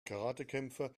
karatekämpfer